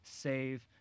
save